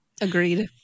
agreed